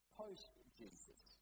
post-Jesus